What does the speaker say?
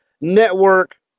network